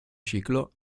ciclo